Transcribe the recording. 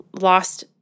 lost